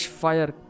fire